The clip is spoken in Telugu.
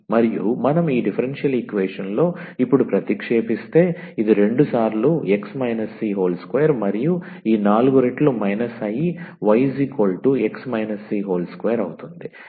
మరియు మనం ఈ డిఫరెన్షియల్ ఈక్వేషన్ లో ఇప్పుడు ప్రతిక్షేపిస్తే ఇది రెండుసార్లు 𝑥 − 𝑐2 మరియు ఈ నాలుగు రెట్లు మైనస్ అయి 𝑦 𝑥 − 𝑐2 అవుతుంది